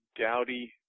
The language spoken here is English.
dowdy